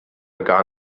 gar